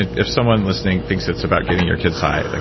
if someone listening thinks it's about getting your kids high, like